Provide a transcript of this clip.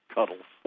Cuddles